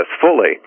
fully